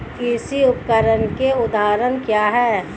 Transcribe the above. कृषि उपकरण के उदाहरण क्या हैं?